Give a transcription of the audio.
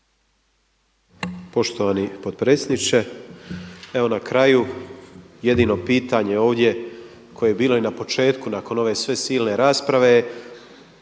Poštovani potpredsjedniče. Evo na kraju jedino pitanje ovdje koje je bilo i na početku nakon ove sve silne rasprave,